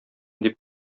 дип